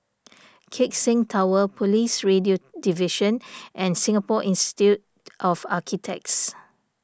Keck Seng Tower Police Radio Division and Singapore Institute of Architects